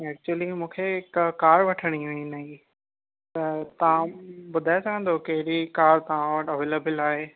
actually मुखे हिक car वठिणी हुई नईं त तव्हां ॿुधाइ सघंदा कहिड़ी कार तव्हां वटि अवेलेबल आहे